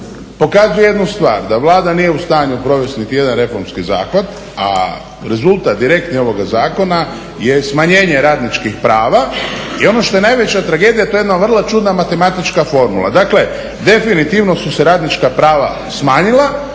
pokazuje jednu stvar da Vlada nije u stanju provesti niti jedan reformski zahvat, a rezultat direktni ovoga zakona je smanjenje radničkih prava. I ono što je najveća tragedija to je jedna vrlo čudna matematička formula. Dakle, definitivno su se radnička prava smanjila.